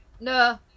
No